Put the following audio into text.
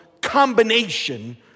combination